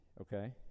Okay